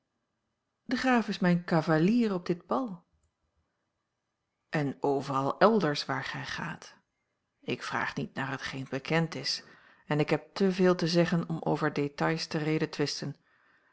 de graaf is mijn cavalier op dit bal en overal elders waar gij gaat ik vraag niet naar hetgeen bekend is en ik heb te veel te zeggen om over détails te